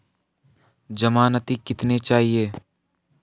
ज़मानती कितने चाहिये?